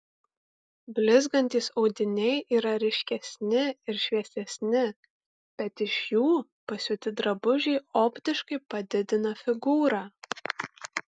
blizgantys audiniai yra ryškesni ir šviesesni bet iš jų pasiūti drabužiai optiškai padidina figūrą